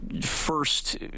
first